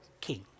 king